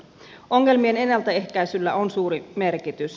ongelmien ennaltaehkäisyllä on suuri merkitys